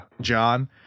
John